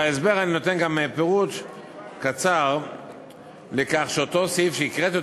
בהסבר אני נותן גם פירוט קצר לכך שאותו סעיף שהקראתי